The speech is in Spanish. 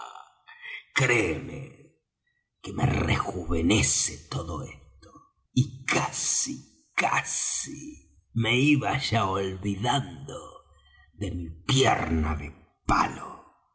créeme que me rejuvenece todo esto y casi casi me iba ya olvidando de mi pierna de palo